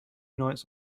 knights